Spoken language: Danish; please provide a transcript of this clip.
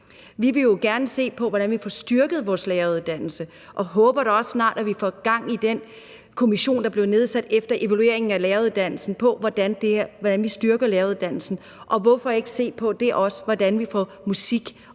Vi vil jo gerne se på, hvordan vi får styrket vores læreruddannelse, og håber da også, at vi snart får gang i den kommission, der blev nedsat efter evalueringen af læreruddannelsen, om, hvordan vi styrker læreruddannelsen. Og hvorfor ikke også der se på, hvordan vi får musik og